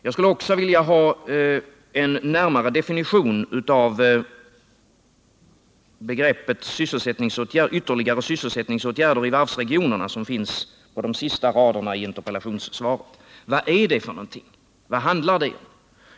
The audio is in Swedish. Jag skulle också vilja ha en närmare definition av begreppet ”ytterligare sysselsättningsåtgärder i varvsregionerna” som används på de sista raderna i interpellationssvaret. Vad är det för någonting? Vad handlar det om?